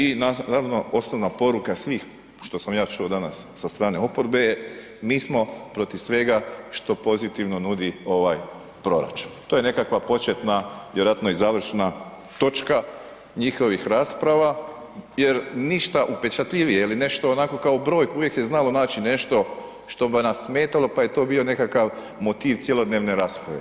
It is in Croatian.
I naravno, osnovna poruka svih što sam ja čuo danas sa strane oporbe je, mi smo protiv svega što pozitivno nudi ovaj proračun, to je nekakva početna, vjerojatno i završna točka njihovih rasprava jer ništa upečatljivije ili nešto onako kao u broj, uvijek se znalo naći nešto što bi nas smetalo pa je to bio nekakav motiv cjelodnevne rasprave.